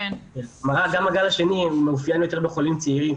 גם הגל השני מאופיין יותר בחולים צעירים,